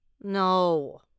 No